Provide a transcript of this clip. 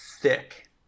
thick